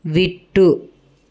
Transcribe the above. விட்டு